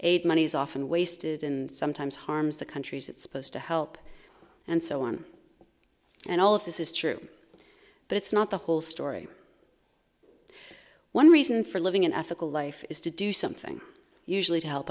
aid money is often wasted and sometimes harms the countries it's supposed to help and so on and all of this is true but it's not the whole story one reason for living an ethical life is to do something usually to help